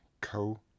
co